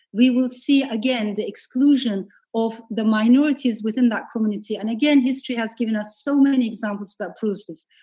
we will see again the exclusion of the minorities within that community. and again, history has given us so many examples that proves this.